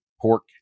pork